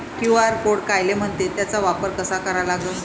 QR code कायले म्हनते, त्याचा वापर कसा करा लागन?